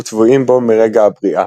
וטבועים בו מרגע הבריאה.